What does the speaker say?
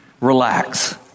Relax